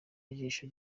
y’ijisho